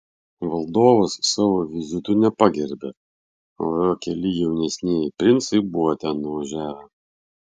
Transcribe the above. valdovas savo vizitu nepagerbė o va keli jaunesnieji princai buvo ten nuvažiavę